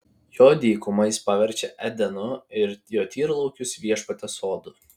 jo dykumą jis paverčia edenu ir jo tyrlaukius viešpaties sodu